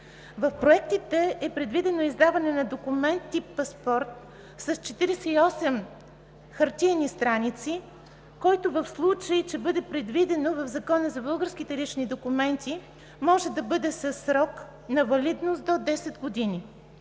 В проектите е предвидено издаване на документ тип „паспорт“ с 48 хартиени страници, който, в случай че бъде предвидено в Закона за българските лични документи, може да бъде със срок на валидност до 10 години.